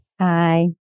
Hi